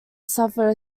suffered